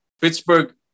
Pittsburgh